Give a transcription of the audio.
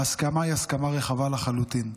ההסכמה היא הסכמה רחבה לחלוטין.